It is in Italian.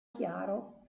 chiaro